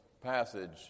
passage